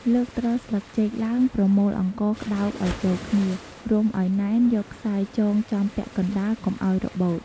លើកទ្រស្លឹកចេកឡើង ប្រមូលអង្ករក្ដោបឱ្យចូលគ្នា រុំឱ្យណែន យកខ្សែចងចំពាក់កណ្ដាលកុំឱ្យរបូត។